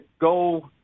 go